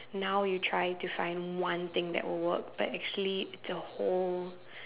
now you try to find one thing that would work but actually it's a whole